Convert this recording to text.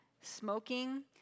smoking